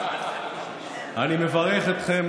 אני מברך אתכם,